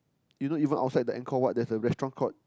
you know even outside the Angkor-Wat there's a restaurant called